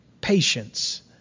patience